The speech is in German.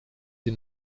sie